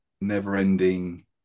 never-ending